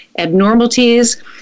abnormalities